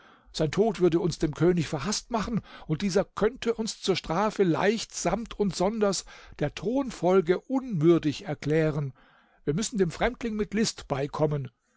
sein tod würde uns dem könig verhaßt machen und dieser könnte uns zur strafe leicht samt und sonders der thronfolge unwürdig erklären wir müssen dem fremdling mit list beikommen